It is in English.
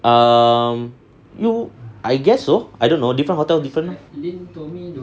err I guess so I don't know different hotel different